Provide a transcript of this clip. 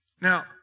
Now